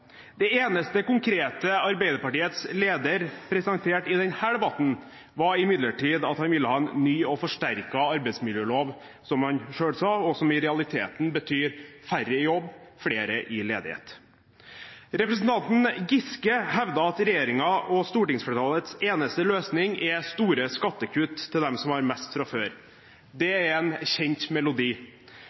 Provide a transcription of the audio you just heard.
Det eneste konkrete Arbeiderpartiets leder presenterte i denne debatten, var imidlertid at han ville ha en ny og forsterket arbeidsmiljølov, som han selv sa, og som i realiteten betyr færre i jobb og flere i ledighet. Representanten Giske hevder at regjeringens og stortingsflertallets eneste løsning er store skattekutt til dem som har mest fra før. Det er en kjent melodi,